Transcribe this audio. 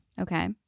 Okay